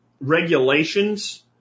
Regulations